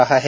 रहा है